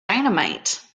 dynamite